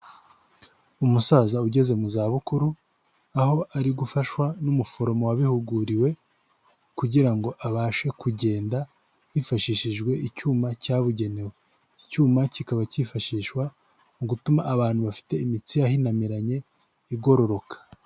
Umusaza ugeze mu zabukuru, aho ari gufashwa n'umuforomo wabihuguriwe kugira ngo abashe kugenda, hifashishijwe icyuma cyabugenewe, iki cyuma kikaba cyifashishwa mu gutuma abantu bafite imitsi yahinamiranye igororoka.